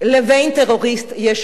לבין טרוריסט, יש